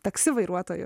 taksi vairuotoju